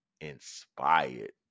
inspired